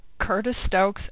curtisstokes